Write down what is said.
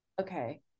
okay